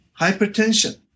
hypertension